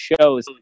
shows